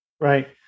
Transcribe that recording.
Right